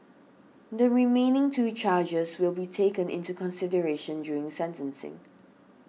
the remaining two charges will be taken into consideration during sentencing